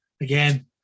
Again